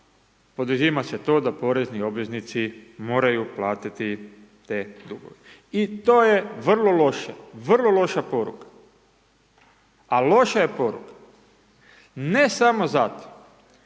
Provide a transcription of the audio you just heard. poduzima se to da porezni obveznici moraju platiti te dugove i to je vrlo loša vrlo loša poruka, a loša je poruka ne samo za to